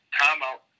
timeout